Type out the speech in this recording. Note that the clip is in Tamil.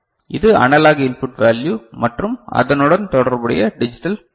இது அனலாக் இன்புட் வேல்யு மற்றும் அதனுடன் தொடர்புடைய டிஜிட்டல் கோட்